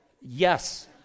Yes